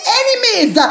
enemies